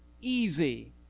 easy